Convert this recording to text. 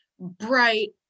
bright